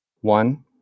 One